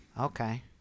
okay